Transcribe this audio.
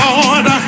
Lord